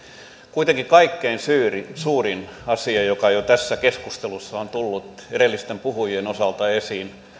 kuitenkin kaikkein suurin asia joka jo tässä keskustelussa on tullut edellisten puhujien osalta esiin